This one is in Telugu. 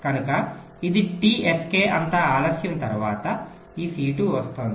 కనుక ఇది T sk అంత ఆలస్యం తర్వాత ఈ C2 వస్తోంది